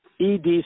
ED